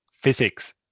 physics